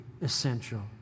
essential